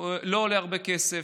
לא עולה הרבה כסף.